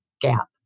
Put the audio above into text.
gap